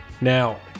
Now